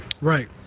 Right